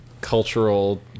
cultural